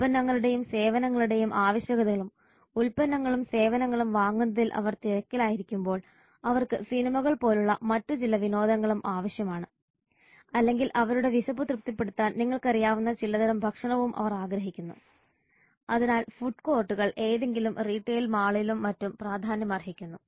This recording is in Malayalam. ഉൽപ്പന്നങ്ങളുടെയും സേവനങ്ങളുടെയും ആവശ്യകതകളും ഉൽപ്പന്നങ്ങളും സേവനങ്ങളും വാങ്ങുന്നതിൽ അവർ തിരക്കിലായിരിക്കുമ്പോൾ അവർക്ക് സിനിമകൾ പോലുള്ള മറ്റ് ചില വിനോദങ്ങളും ആവശ്യമാണ് അല്ലെങ്കിൽ അവരുടെ വിശപ്പ് തൃപ്തിപ്പെടുത്താൻ നിങ്ങൾക്കറിയാവുന്ന ചിലതരം ഭക്ഷണവും അവർ ആഗ്രഹിക്കുന്നു അതിനാൽ ഫുഡ് കോർട്ടുകൾ ഏതെങ്കിലും റീട്ടെയിൽ മാളിലും മറ്റും പ്രാധാന്യമർഹിക്കുന്നു